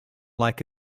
like